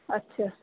अछा